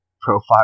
profile